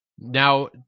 Now